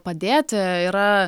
padėti yra